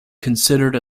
considered